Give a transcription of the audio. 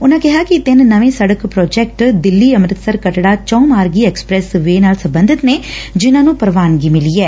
ਉਨਾਂ ਕਿਹਾ ਕਿ ਤਿੰਨ ਨਵੇਂ ਸੜਕ ਪ੍ਰਾਜੈਕਟ ਦਿੱਲੀ ਐਮ੍ਰਿਤਸਰ ਕੱਟੜਾ ਚਹੁੰ ਮਾਰਗੀ ਐਕਸਪ੍ਰੈਸ ਵੇਅ ਨਾਲ ਸਬੰਧਤ ਨੇ ਜਿਨਾਂ ਨੂੰ ਪ੍ਰਵਾਨਗੀ ਮਿਲੀ ਐ